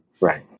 Right